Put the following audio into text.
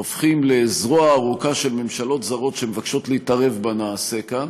הופכים לזרוע הארוכה של ממשלות זרות שמבקשות להתערב בנעשה כאן,